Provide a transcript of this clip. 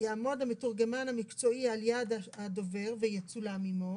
" יעמוד המתורגמן המקצועי על יד הדובר ויצולם עמו"